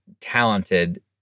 talented